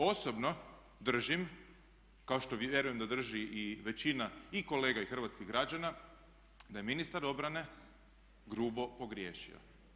Osobno držim, kao što vjerujem da drži i većina i kolega i hrvatskih građana, da je ministar obrane grubo pogriješio.